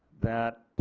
that,